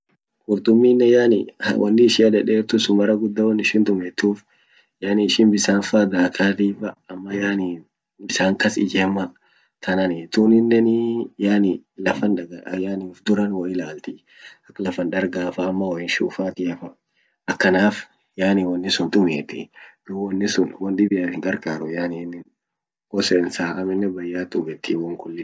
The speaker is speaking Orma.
Qurtuminen yani woni ishia dedertu sun mara guda won ishin tumietuun yani ishin bisan fa dakati fa ama yani bisan kas ijemma tanani tuninenii yani lafan yani ufduran wo ilalti yani lafan dargafa ama woin shufaatia fa akanaf yani wonni sun tumietii dub woni sun won dibiaf hinqarqaru yani inin wo sensa aminen bayat hubeti wonkuli.